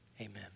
Amen